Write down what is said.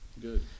Good